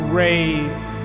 raise